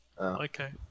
Okay